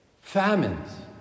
famines